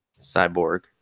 cyborg